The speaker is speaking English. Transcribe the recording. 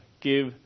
give